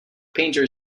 painter